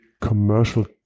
commercial